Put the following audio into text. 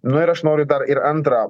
nu ir aš noriu dar ir antrą